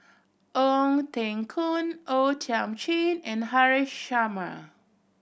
Ong Teng Koon O Thiam Chin and Haresh Sharma